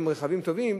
הם רכבים טובים,